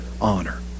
Honor